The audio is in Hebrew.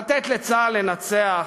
לתת לצה"ל לנצח.